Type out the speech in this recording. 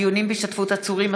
דיונים בהשתתפות עצורים,